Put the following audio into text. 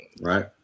right